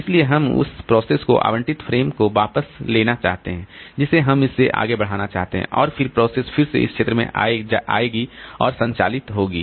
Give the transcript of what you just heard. इसलिए हम उस प्रोसेस को आवंटित फ्रेम को वापस लेना चाहते हैं जिसे हम इसे आगे बढ़ाना चाहते हैं और फिर प्रोसेस फिर से इस क्षेत्र में आएगी और संचालित होगी